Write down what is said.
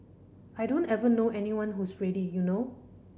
I don't ever know anyone who's ready you know